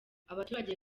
abaturage